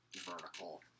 vertical